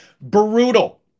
brutal